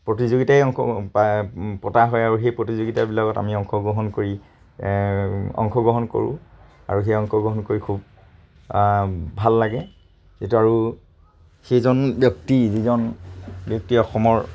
প্ৰতিযোগিতাই পতা হয় আৰু সেই প্ৰতিযোগিতাবিলাকত আমি অংশগ্ৰহণ কৰি অংশগ্ৰহণ কৰোঁ আৰু সেই অংশগ্ৰহণ কৰি খুব ভাল লাগে যিটো আৰু সেইজন ব্যক্তি যিজন ব্যক্তি অসমৰ